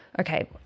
Okay